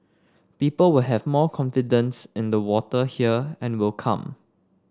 people will have more confidence in the water here and will come